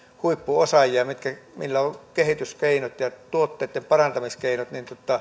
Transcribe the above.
huippuosaajia joilla on kehityskeinot ja tuotteitten parantamiskeinot